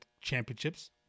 Championships